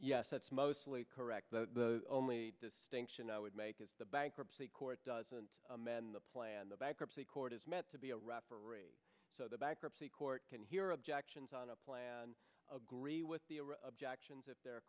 yes that's mostly correct the only distinction i would make is the bankruptcy court doesn't man the plan the bankruptcy court is meant to be a rapper or a so the bankruptcy court can hear objections on a plan agree with the objection that they